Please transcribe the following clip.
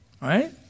Right